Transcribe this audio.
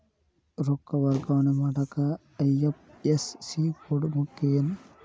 ರೊಕ್ಕ ವರ್ಗಾವಣೆ ಮಾಡಾಕ ಐ.ಎಫ್.ಎಸ್.ಸಿ ಕೋಡ್ ಮುಖ್ಯ ಏನ್